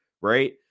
right